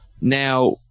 now